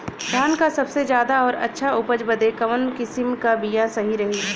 धान क सबसे ज्यादा और अच्छा उपज बदे कवन किसीम क बिया सही रही?